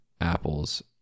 apple's